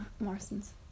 Morrisons